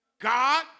God